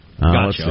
Gotcha